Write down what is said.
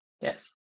yes